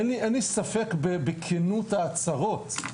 אין לי ספק בכנות ההצהרות,